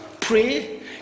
pray